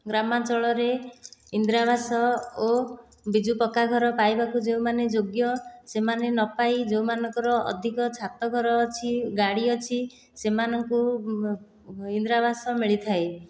ଗ୍ରାମାଞ୍ଚଳ ରେ ଇନ୍ଦିରା ଆବାସ ଓ ବିଜୁ ପକ୍କା ଘର ପାଇବାକୁ ଯେଉଁମାନେ ଯୋଗ୍ୟ ସେମାନେ ନ ପାଇ ଯେଉଁମାନଙ୍କର ଅଧିକ ଛାତଘର ଅଛି ଗାଡ଼ି ଅଛି ସେମାନଙ୍କୁ ଇନ୍ଦିରା ଆବାସ ମିଳିଥାଏ